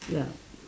ya